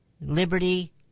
liberty